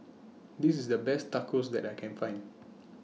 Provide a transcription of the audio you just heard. This IS The Best Tacos that I Can Find